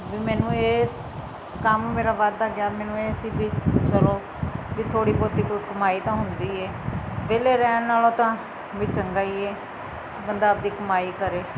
ਵੀ ਮੈਨੂੰ ਇਸ ਕੰਮ ਮੇਰਾ ਵੱਧਦਾ ਗਿਆ ਮੈਨੂੰ ਇਹ ਸੀ ਵੀ ਚਲੋ ਵੀ ਥੋੜ੍ਹੀ ਬਹੁਤੀ ਕੋਈ ਕਮਾਈ ਤਾਂ ਹੁੰਦੀ ਹੈ ਵਿਹਲੇ ਰਹਿਣ ਨਾਲੋਂ ਤਾਂ ਵੀ ਚੰਗਾ ਹੀ ਹੈ ਬੰਦਾ ਆਪ ਦੀ ਕਮਾਈ ਕਰੇ